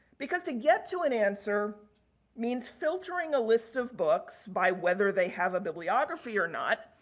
because, to get to an answer means filtering a list of books by whether they have a bibliography or not.